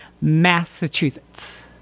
Massachusetts